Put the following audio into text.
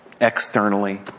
externally